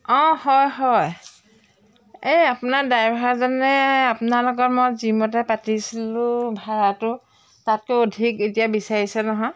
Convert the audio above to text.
অঁ হয় হয় এই আপোনাৰ ডাইভাৰজনে আপোনাৰ লগত মই যিমতে পাতিছিলোঁ ভাড়াটো তাতকৈ অধিক এতিয়া বিচাৰিছে নহয়